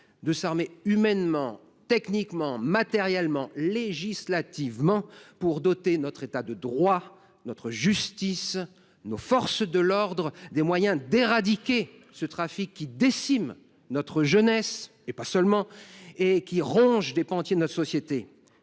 de s’armer humainement, techniquement, matériellement et législativement pour doter notre État de droit, notre justice et nos forces de l’ordre des moyens d’éradiquer ce trafic, qui décime notre jeunesse – et pas seulement – et ronge des pans entiers de notre société.